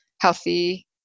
healthy